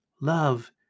Love